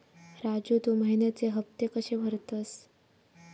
राजू, तू महिन्याचे हफ्ते कशे भरतंस?